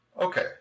Okay